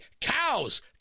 Cows